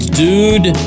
dude